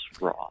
Raw